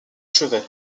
chevet